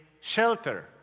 shelter